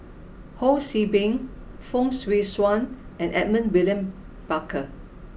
Ho See Beng Fong Swee Suan and Edmund William Barker